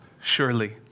surely